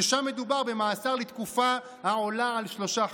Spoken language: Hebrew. ושם מדובר במאסר לתקופה העולה על שלושה חודשים.